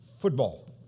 football